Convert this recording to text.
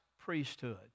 priesthood